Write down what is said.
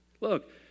Look